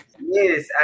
Yes